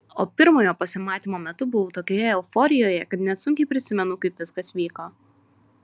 o pirmojo pasimatymo metu buvau tokioje euforijoje kad net sunkiai prisimenu kaip viskas vyko